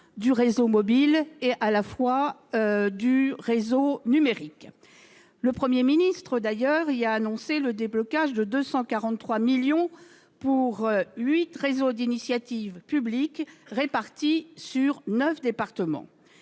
du réseau mobile et du réseau numérique. Le Premier ministre a d'ailleurs annoncé le déblocage de 243 millions d'euros pour huit réseaux d'initiative publique répartis sur neuf départements.